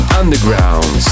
underground